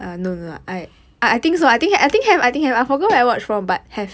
why